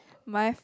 my